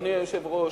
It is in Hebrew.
אדוני היושב-ראש,